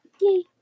Yay